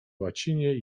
łacinie